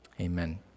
Amen